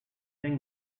cinq